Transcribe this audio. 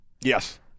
Yes